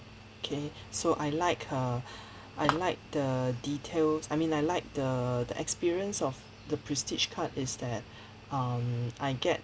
K so I like err I like the details I mean I like the the experience of the prestige card is that um I get